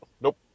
Nope